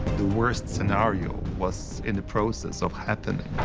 the worst scenario was in the process of happening.